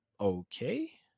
okay